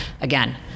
again